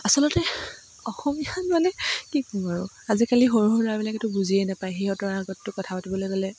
আচলতে অসমীয়াত মানে কি ক'ম আৰু আজিকালি সৰু সৰু ল'ৰাবিলাকেতো বুজিয়ে নাপায় সিহঁতৰ আগততো কথা পাতিবলৈ গ'লে